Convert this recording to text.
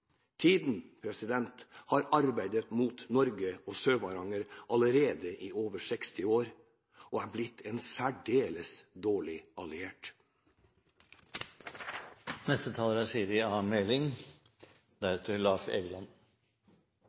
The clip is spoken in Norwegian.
Tiden har allerede i 60 år arbeidet mot Norge og Sør-Varanger – og er blitt en særdeles dårlig